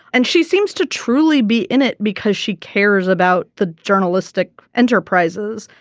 and she seems to truly be in it because she cares about the journalistic enterprises.